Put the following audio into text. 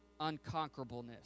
unconquerableness